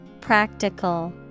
Practical